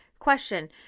Question